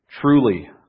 Truly